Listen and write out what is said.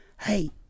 hey